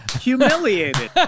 Humiliated